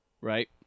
Right